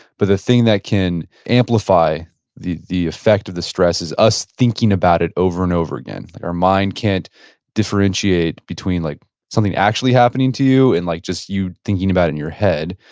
but the thing that can amplify the the effect of the stress is us thinking about it over and over again. like our mind can't differentiate between like something actually happening to you and like just you thinking about it in your head.